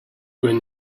when